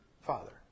father